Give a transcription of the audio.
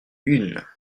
une